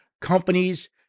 companies